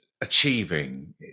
achieving